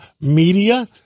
media